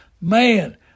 Man